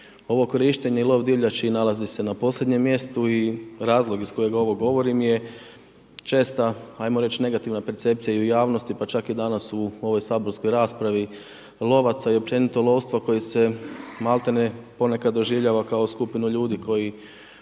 Ovo korištenje i lov divljači nalazi se na posljednjem mjestu i razlog iz kojeg ovo govorim je česta ajmo reć negativna percepcija pa čak i danas u ovoj saborskom raspravi, lovaca i općenito lovstva koji se maltene ponekad doživljava kao skupinu ljudi koji